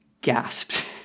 gasped